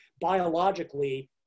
Biologically